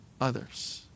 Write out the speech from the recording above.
others